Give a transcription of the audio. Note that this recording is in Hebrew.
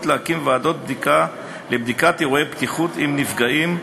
להקים ועדות בדיקה לבדיקת אירועי בטיחות עם נפגעים,